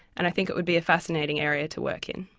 and i think it would be a fascinating area to work in.